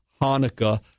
Hanukkah